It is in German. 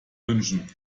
wünschen